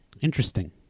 Interesting